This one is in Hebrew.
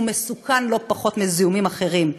שהוא מסוכן לא פחות מזיהומים אחרים.